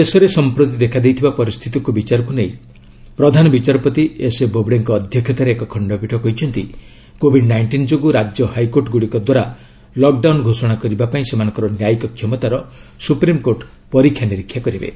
ଦେଶରେ ସମ୍ପ୍ରତି ଦେଖାଦେଇଥିବା ପରିସ୍ଥିତିକୁ ବିଚାରକୁ ନେଇ ପ୍ରଧାନ ବିଚାରପତି ଏସ୍ଏ ବୋବଡେଙ୍କ ଅଧ୍ୟକ୍ଷତାରେ ଏକ ଖଣ୍ଡପୀଠ କହିଛନ୍ତି କୋବିଡ୍ ନାଇଣ୍ଟିନ୍ ଯୋଗୁଁ ରାଜ୍ୟ ହାଇକୋର୍ଟ ଗୁଡ଼ିକ ଦ୍ୱାରା ଲକ୍ଡାଉନ୍ ଘୋଷଣା କରିବା ପାଇଁ ସେମାନଙ୍କର ନ୍ୟାୟିକ କ୍ଷମତାର ସୁପ୍ରିମ୍କୋର୍ଟ ପରୀକ୍ଷାନିରୀକ୍ଷା କରିବେ